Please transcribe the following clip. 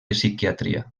psiquiatria